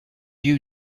you